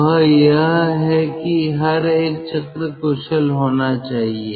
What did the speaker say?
वह यह है कि हर एक चक्र कुशल होना चाहिए